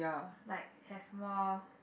like have more